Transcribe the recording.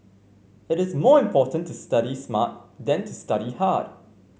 it is more important to study smart than to study hard